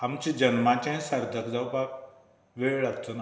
आमचें जल्माचें सार्थक जावपाक वेळ लागचो ना